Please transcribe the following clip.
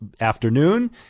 afternoon